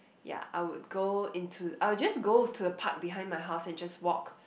yea I would go into I will just go into the park behind my house and just walk